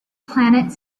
planet